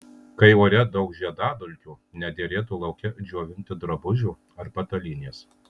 kai ore daug žiedadulkių nederėtų lauke džiovinti drabužių ar patalynės